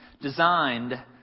designed